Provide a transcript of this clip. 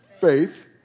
faith